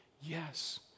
yes